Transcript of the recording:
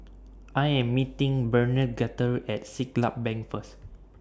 I Am meeting Bernadette At Siglap Bank First